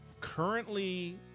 currently